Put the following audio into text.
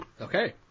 Okay